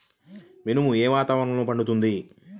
మినుము ఏ వాతావరణంలో పండుతుంది?